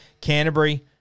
Canterbury